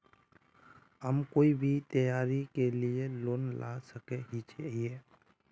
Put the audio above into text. हम कोई भी त्योहारी के लिए लोन ला सके हिये?